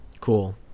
Cool